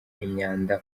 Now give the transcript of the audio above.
imyanda